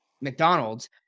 McDonald's